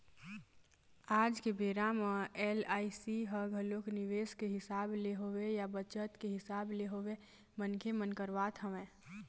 आज के बेरा म एल.आई.सी ह घलोक निवेस के हिसाब ले होवय या बचत के हिसाब ले होवय मनखे मन करवात हवँय